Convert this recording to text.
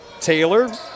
Taylor